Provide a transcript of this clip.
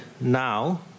now